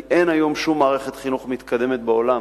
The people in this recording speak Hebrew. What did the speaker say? כי אין היום שום מערכת חינוך מתקדמת בעולם